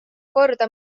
korda